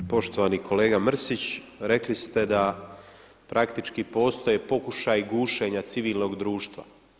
Poštovani kolega Mrsić, rekli ste da praktički postoje pokušaji gušenja civilnog društva.